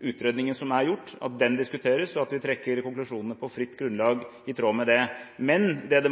utredningen som er gjort, at den diskuteres, og at vi trekker konklusjonene på fritt grunnlag i tråd med det. Men det